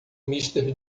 mister